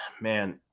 man